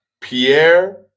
pierre